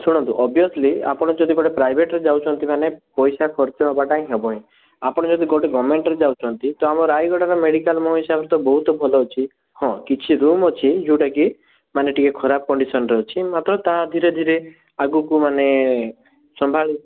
ଶୁଣନ୍ତୁ ଓବିୟସ୍ଲି ଆପଣ ଯଦି ଗେୋଟେ ପ୍ରାଇଭେଟ୍ରେ ଯାଉଛନ୍ତି ମାନେ ପଇସା ଖର୍ଚ୍ଚ ହବାଟା ହିଁ ହବ ହିଁ ଆପଣ ଯଦି ଗୋଟେ ଗଭର୍ନମେଣ୍ଟରେ ଯାଉଛନ୍ତି ତ ଆମର ରାୟଗଡ଼ାର ମେଡ଼ିକାଲ ମୋ ହିସାବରେ ବହୁତ ଭଲ ଅଛି ହଁ କିଛି ରୁମ୍ ଅଛି ଯେଉଁଟା କି ମାନେ ଟିକେ ଖରାପ କଣ୍ଡିସନ୍ରେ ଅଛି ମଧ୍ୟ ତା' ଧିରେ ଧିରେ ଆଗକୁ ମାନେ ସମ୍ଭାଳି